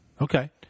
Okay